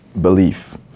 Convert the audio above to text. belief